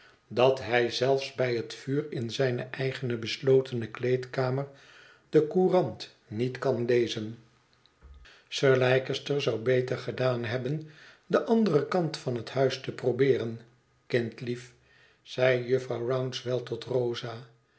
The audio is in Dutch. dat hij zelfs bij het vuur in zijne eigene beslotene kleedkamer de courant niet kan lezen sir leicester zou beter gedaan hebben den anderen kant van het huis te probeeren kindlief zegt jufvrouw rouncewell tot rosa